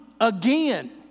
again